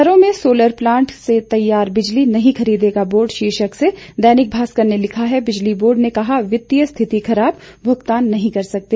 घरों में solar plant से तैयार बिजली नहीं खरीदेगा बोर्ड शीर्षक से दैनिक भास्कर ने लिखा है बिजली बोर्ड ने कहा वित्तीय स्थिति खराब भुगतान नहीं कर सकते